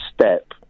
step